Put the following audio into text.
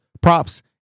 props